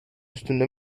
üstünde